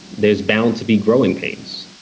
there's bound to be growing pains,